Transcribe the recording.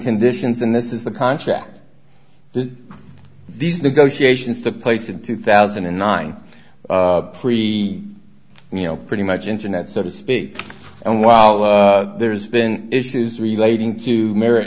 conditions and this is the contract these negotiations took place in two thousand and nine pre you know pretty much internet so to speak and while there's been issues relating to m